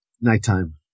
Nighttime